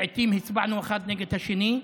ולעיתים הצבענו אחד נגד השני.